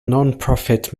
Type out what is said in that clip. nonprofit